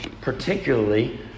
particularly